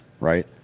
right